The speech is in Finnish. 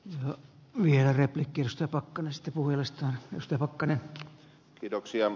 ja vielä repi kiristää pakkaamista puheluista nostavat edennyt hallituksessa